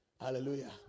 hallelujah